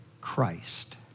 Christ